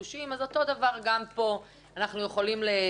אז גם פה אפשר אותו דבר.